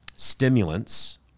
stimulants